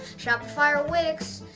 shopify or wix,